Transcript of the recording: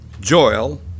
Joel